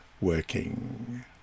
working